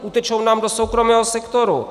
Utečou nám do soukromého sektoru.